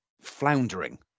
floundering